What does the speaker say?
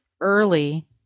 early